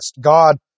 God